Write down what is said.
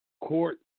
court